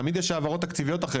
תמיד יש העברות תקציביות.